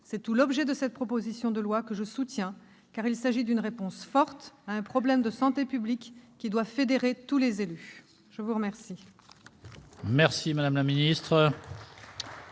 C'est tout l'objet de cette proposition de loi que je soutiens, car il s'agit d'une réponse forte à un problème de santé publique qui doit fédérer tous les élus. La parole